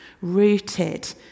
rooted